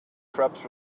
crepes